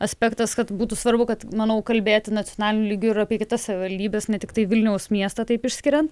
aspektas kad būtų svarbu kad manau kalbėti nacionaliniu lygiu ir apie kitas savivaldybes ne tiktai vilniaus miestą taip išskiriant